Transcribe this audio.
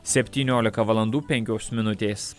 septyniolika valandų penkios minutės